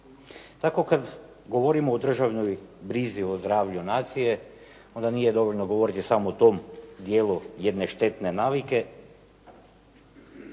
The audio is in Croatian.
Tako kada govorimo o državnoj brzi, o zdravlju nacije, onda nije dovoljno govoriti samo o tom dijelu jedne štetne navike